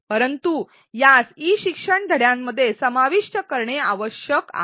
परंतु यास ई शिक्षण धड्यांमध्ये समाविष्ट करणे आवश्यक आहे